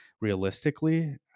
realistically